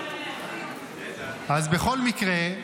אז בכל מקרה,